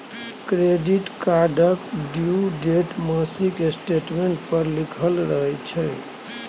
credit कार्डक due date मासिक statement पर लिखल रहय छै